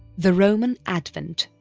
the roman advent